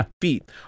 feet